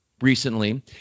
recently